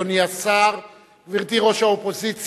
אדוני השר, גברתי ראש האופוזיציה,